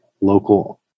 local